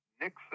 Nixon